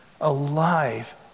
alive